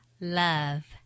love